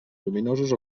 lluminosos